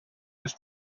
his